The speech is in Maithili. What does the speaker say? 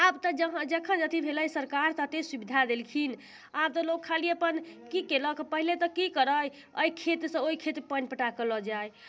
आब तऽ जहाँ जखन जथी भेलै सरकार तते सुविधा देलखिन आब तऽ लोक खाली अपन की केलक पहिले तऽ की करै अइ खेतसँ ओइ खेत पानि पटाकऽ लऽ जाइ